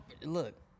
look